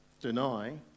deny